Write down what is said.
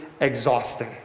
exhausting